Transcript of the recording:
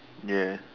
ya